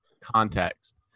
context